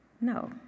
No